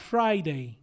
Friday